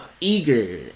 eager